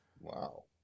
Wow